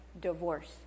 Divorce